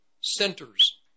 centers